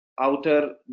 outer